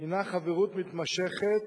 הינה חברות מתמשכת